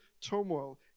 turmoil